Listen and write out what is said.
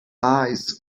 eyes